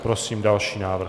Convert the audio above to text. Prosím další návrh.